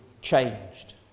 changed